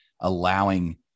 allowing